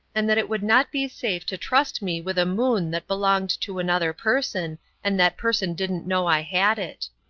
and that it would not be safe to trust me with a moon that belonged to another person and that person didn't know i had it.